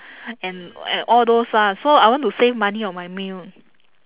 and and all those ah so I want to save money on my meal